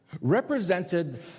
represented